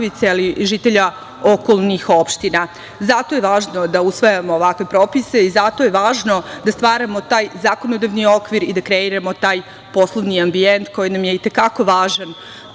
ali i žitelja okolnih opština. Zato je važno da usvajamo ovakve propise i zato je važno da stvaramo taj zakonodavni okvir i da kreiramo taj poslovni ambijent koji nam je i te kako važan. Srbija